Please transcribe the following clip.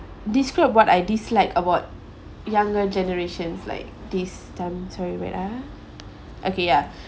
describe what I dislike about younger generations like this time sorry wait ah okay ya